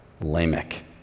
Lamech